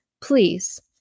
Please